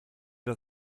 das